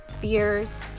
fears